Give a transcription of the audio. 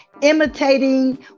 imitating